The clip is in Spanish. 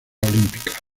olímpicas